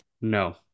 No